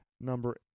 Number